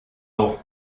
auch